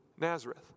Nazareth